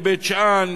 בית-שאן,